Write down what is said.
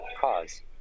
cause